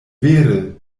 vere